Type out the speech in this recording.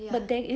ya